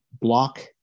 block